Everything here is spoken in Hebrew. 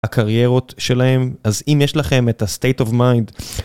הקריירות שלהם אז אם יש לכם את הסטייט אוף מיינד.